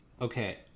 Okay